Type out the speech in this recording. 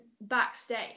backstage